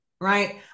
right